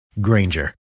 Granger